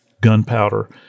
gunpowder